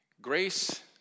Grace